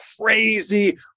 crazy